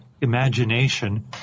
imagination